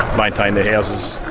maintained their houses,